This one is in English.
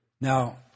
Now